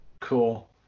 Cool